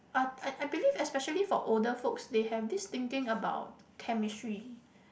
uh uh I believe especially for older folks they have this thinking about chemistry